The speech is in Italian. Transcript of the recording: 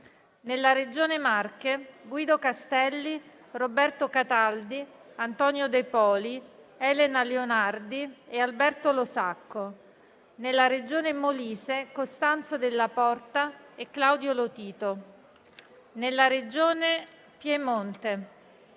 nella Regione Marche: Guido Castelli, Roberto Cataldi, Antonio De Poli, Elena Leonardi e Alberto Losacco; nella Regione Molise: Costanzo Della Porta e Claudio Lotito; nella Regione Piemonte: